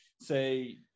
say